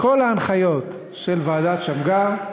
כל ההנחיות של ועדת שמגר,